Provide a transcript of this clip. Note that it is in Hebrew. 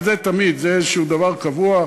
אבל זה תמיד, זה איזה דבר קבוע.